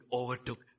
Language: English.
overtook